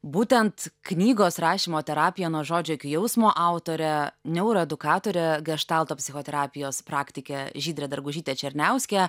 būtent knygos rašymo terapija nuo žodžio iki jausmo autorę neuroedukatorę geštalto psichoterapijos praktikę žydrę dargužytę černiauskę